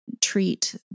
treat